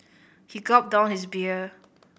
he gulped down his beer